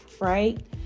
right